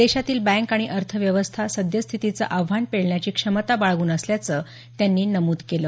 देशातील बँक आणि अर्थ व्यवस्था सद्य स्थितीचं आव्हान पेलण्याची क्षमता बाळगून असल्याचं त्यांनी नमूद केलं